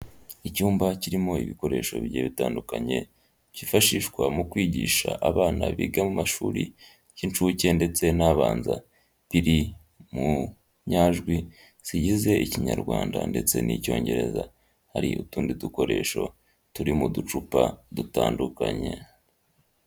Icyumba kirimo ibikoresho bigiye bitandukanye cyifashishwa mu kwigisha abana biga mu amashuri y'ishuke ndetse n'abanza biri mu nyajwi zigize Ikinyarwanda ndetse n'Icyongereza, hari utundi dukoresho turimo uducupa dutandukanye.